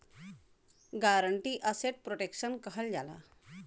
guarantee asset protection कहल जाला